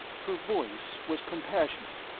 her voice was compassionate.